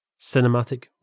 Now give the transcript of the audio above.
cinematic